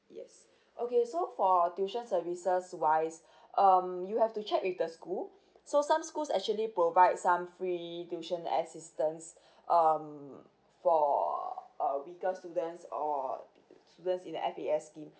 yes okay so for tuition services wise um you have to check with the school so some schools actually provide some free tuition assistance um for uh weaker students or students in the F_A_S scheme